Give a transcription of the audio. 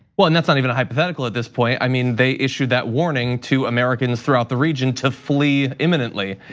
well, and that's not even hypothetical at this point, i mean they issue that warning to americans throughout the region to flee imminently.